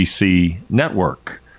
Network